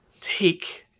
take